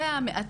זה היה מאתגר,